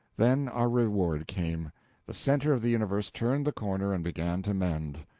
then our reward came the center of the universe turned the corner and began to mend.